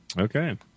Okay